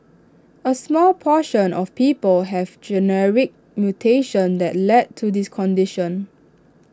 A small proportion of people have mutations that lead to this condition